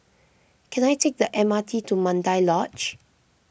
can I take the M R T to Mandai Lodge